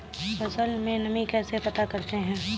फसल में नमी कैसे पता करते हैं?